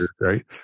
Right